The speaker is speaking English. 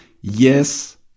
Yes